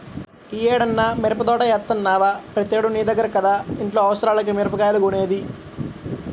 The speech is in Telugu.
యీ ఏడన్నా మిరపదోట యేత్తన్నవా, ప్రతేడూ నీ దగ్గర కదా ఇంట్లో అవసరాలకి మిరగాయలు కొనేది